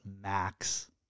max